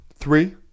Three